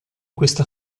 questa